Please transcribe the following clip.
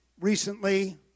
recently